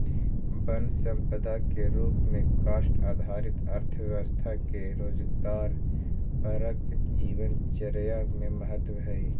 वन सम्पदा के रूप में काष्ठ आधारित अर्थव्यवस्था के रोजगारपरक जीवनचर्या में महत्त्व हइ